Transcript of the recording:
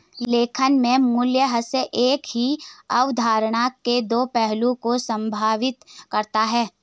लेखांकन में मूल्यह्रास एक ही अवधारणा के दो पहलुओं को संदर्भित करता है